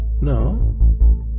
No